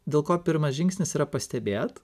dėl ko pirmas žingsnis yra pastebėt